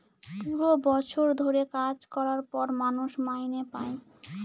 পুরো বছর ধরে কাজ করার পর মানুষ মাইনে পাই